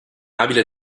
abile